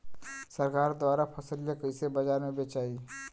सरकार द्वारा फसलिया कईसे बाजार में बेचाई?